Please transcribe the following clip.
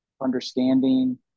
understanding